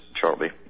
shortly